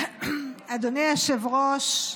אדוני היושב-ראש,